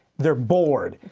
they're bored.